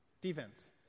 defense